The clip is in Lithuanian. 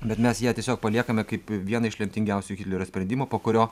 bet mes ją tiesiog paliekame kaip vieną iš lemtingiausių hitlerio sprendimų po kurio